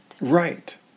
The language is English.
Right